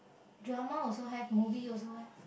drama also have movie also have